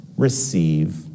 Receive